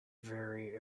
very